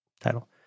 title